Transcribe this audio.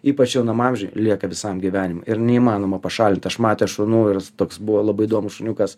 ypač jaunam amžiuj lieka visam gyvenimui ir neįmanoma pašalint aš matęs šunų ir toks buvo labai įdomus šuniukas